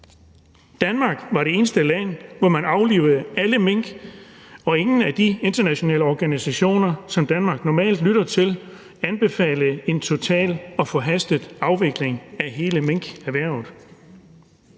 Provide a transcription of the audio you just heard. Danmark var det eneste land, hvor man aflivede alle mink, og ingen af de internationale organisationer, som Danmark normalt lytter til, anbefalede en total og forhastet afvikling af hele minkerhvervet.